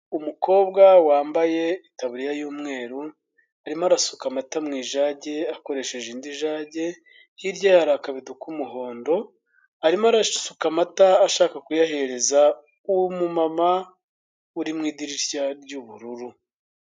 Umukobwa wambaye itaburiya y'umweru, arimo ararusa amata mu ijage akoresheje indi jage, hirya y'aho hari akabido k'umuhondo, arimo arasuka amata ashaka kuyahereza uwo mumama uri mu idirishya ry'ubururu.